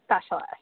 Specialist